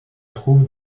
trouve